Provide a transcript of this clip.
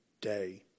day